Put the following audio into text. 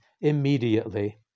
immediately